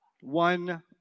One